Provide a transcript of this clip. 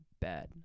bad